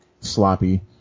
sloppy